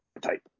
type